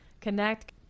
connect